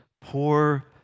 poor